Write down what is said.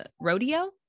rodeo